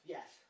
Yes